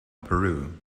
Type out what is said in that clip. peru